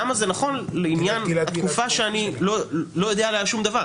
למה זה נכון לעניין תקופה שאני לא יודע עליה שום דבר?